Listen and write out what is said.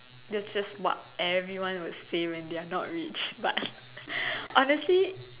this is what everyone would say when they are not rich but honestly